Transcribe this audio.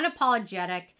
unapologetic